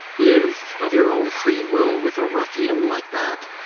live of your own free will with a ruffian like that?